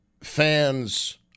fans